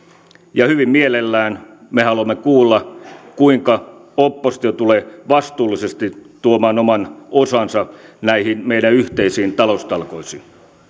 ja hyvin mielellämme me haluamme kuulla kuinka oppositio tulee vastuullisesti tuomaan oman osansa näihin meidän yhteisiin taloustalkoisiimme